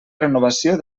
renovació